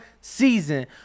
season